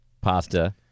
pasta